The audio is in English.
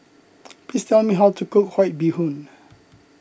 please tell me how to cook White Bee Hoon